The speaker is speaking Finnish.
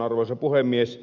arvoisa puhemies